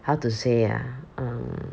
how to say ah um